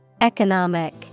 Economic